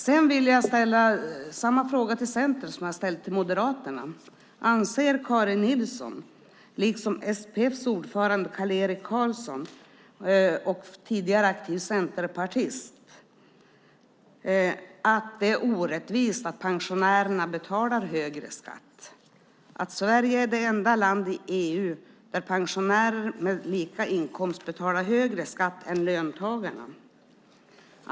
Jag ska ställa samma fråga till Centern som jag ställde till Moderaterna: Anser Karin Nilsson, liksom SPF:s ordförande Karl Erik Olsson, tidigare centerpartist, att det är orättvist att pensionärerna betalar högre skatt? Sverige är det enda land i EU där pensionärer med lika inkomst betalar högre skatt än löntagarna.